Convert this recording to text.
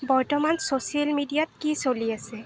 বৰ্তমান ছ'চিয়েল মিডিয়াত কি চলি আছে